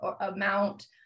amount